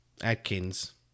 Adkins